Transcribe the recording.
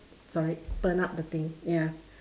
sorry burned up the thing ya